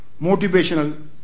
motivational